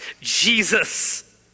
Jesus